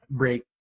break